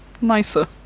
nicer